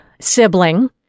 sibling